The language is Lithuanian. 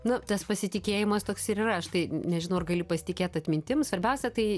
na tas pasitikėjimas toks ir yra aš tai nežinau ar gali pasitikėt atmintim svarbiausia tai